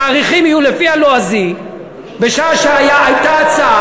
התאריכים יהיו לפי הלועזי בשעה שהייתה הצעה,